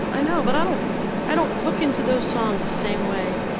i know, but i don't i don't hook into those songs the same way.